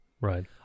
right